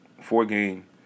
Four-game